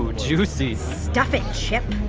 juicy stuff it, chip